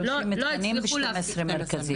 30 תקנים ו-12 מרכזים.